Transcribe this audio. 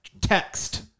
text